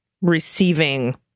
receiving